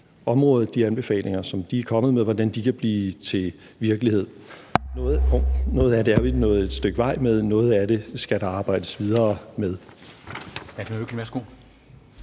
siddet på Justitsministeriets område, er kommet med, og hvordan de kan blive til virkelighed. Noget af det er vi nået et stykke vej med, noget af det skal der arbejdes videre med.